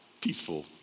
peaceful